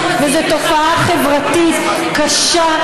וזאת תופעה חברתית קשה,